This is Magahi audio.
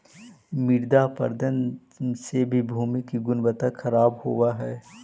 मृदा अपरदन से भी भूमि की गुणवत्ता खराब होव हई